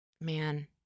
Man